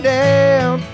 down